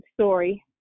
story